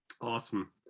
Awesome